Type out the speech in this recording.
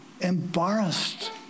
embarrassed